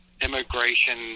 immigration